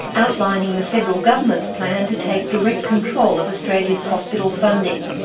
outlining the federal government's plan to take direct control of australia's hospital funding.